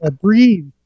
Breathe